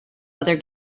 other